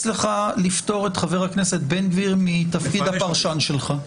לך לפטור את חבר הכנסת בן גביר מתפקיד הפרשן שלך.